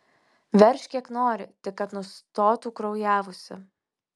veržk kiek nori tik kad nustotų kraujavusi